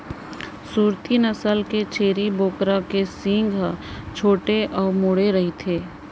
सूरती नसल के छेरी बोकरा के सींग ह छोटे अउ मुड़े रइथे